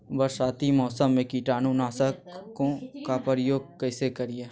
बरसाती मौसम में कीटाणु नाशक ओं का प्रयोग कैसे करिये?